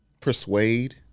persuade